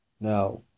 now